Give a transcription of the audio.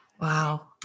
Wow